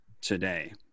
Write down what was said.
today